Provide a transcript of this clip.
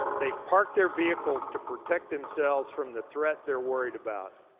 they've parked their vehicles to protect themselves from the threat they're worried about.